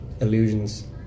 illusions